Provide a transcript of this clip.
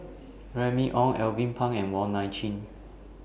Remy Ong Alvin Pang and Wong Nai Chin